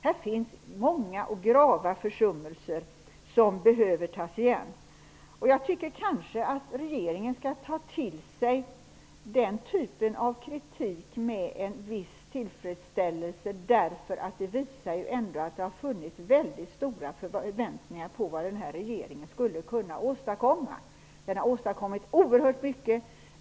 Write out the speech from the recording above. Här finns många och grava försummelser och mycket att ta igen. Jag tycker nog att regeringen skall ta till sig den här typen av kritik med en viss tillfredsställelse, därför att det hela ändå visar att man har haft väldigt stora förväntningar på den här regeringen när det gäller att åstadkomma saker. Regeringen har åstadkommit oerhört mycket.